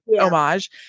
homage